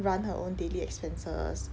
run her own daily expenses